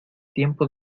tiempo